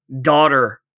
daughter